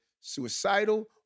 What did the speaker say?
suicidal